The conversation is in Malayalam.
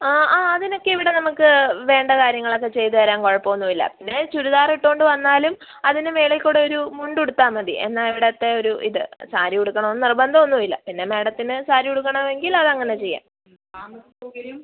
ആ ആ അതിനൊക്കെ ഇവിടെ നമുക്ക് വേണ്ട കാര്യങ്ങളൊക്കെ ചെയ്ത് തരാം കുഴപ്പമൊന്നുമില്ല പിന്നെ ചുരിദാറിട്ടുകൊണ്ട് വന്നാലും അതിന് മേലെകൂടെ ഒരു മുണ്ടുടുത്താൽ മതി എന്നാൽ ഇവിടുത്തെ ഒരു ഇത് സാരി ഉടുക്കണമെന്ന് നിർബന്ധമൊന്നുമില്ല പിന്നെ മാഡത്തിന് സാരി ഉടുക്കണമെങ്കിൽ അത് അങ്ങനെ ചെയ്യാം